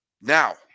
Now